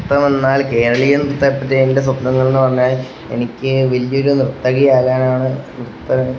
നൃത്തമെന്നാൽ കേരളീയ നൃത്തത്തെപ്പറ്റി എൻ്റെ സ്വപ്നങ്ങളെന്നു പറഞ്ഞാൽ എനിക്ക് വലിയൊരു നര്ത്തകിയാകാനാണ്